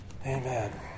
amen